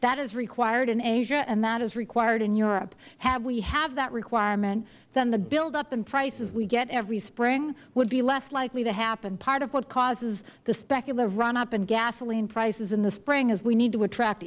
that is required in asia and that is required in europe had we had that requirement then the buildup in prices we get every spring would be less likely to happen part of what causes the speculative run up in gasoline prices in the spring is we need to attract